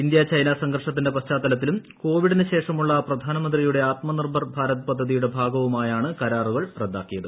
India China സംഘർഷത്തിന്റെ പശ്ചാത്തലത്തിലും കോവിഡിന് ശേഷമുള്ള പ്രധാനമന്ത്രിയുടെ ആത്മനിർഭർ ഭാരത് പദ്ധതിയുടെ ഭാഗമായുമാണ് കരാർ റദ്ദാക്കിയത്